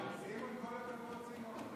ההצעה להעביר את הצעת חוק הספורט (תיקון מס'